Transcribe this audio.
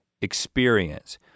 experience